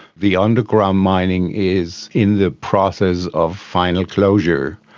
the underground mining is in the process of final closure,